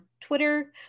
Twitter